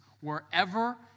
wherever